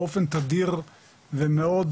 באופן תדיר ומאוד,